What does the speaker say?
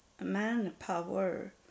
manpower